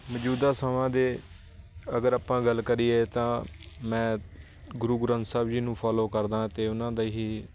ਮੌਜੂਦਾ ਸਮਾਂ ਦੇ ਅਗਰ ਆਪਾਂ ਗੱਲ ਕਰੀਏ ਤਾਂ ਮੈਂ ਗੁਰੂ ਗ੍ਰੰਥ ਸਾਹਿਬ ਜੀ ਨੂੰ ਫੋਲੋ ਕਰਦਾ ਅਤੇ ਉਹਨਾਂ ਦੇ ਹੀ